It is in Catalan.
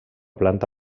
planta